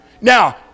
Now